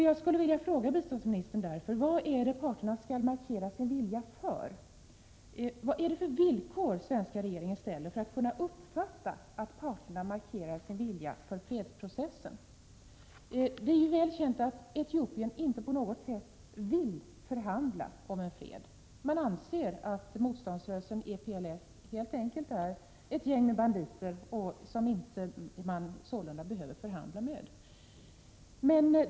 Jag skulle därför vilja fråga biståndsministern: Vad är det parterna skall markera sin vilja för? Vad är det för villkor den svenska regeringen ställer för att kunna uppfatta att parterna markerar sin vilja för fredsprocessen? Det är väl känt att Etiopien inte på något sätt vill förhandla om en fred. Man anser att motståndsrörelsen EPLF helt enkelt är ett gäng banditer som man således inte behöver förhandla med.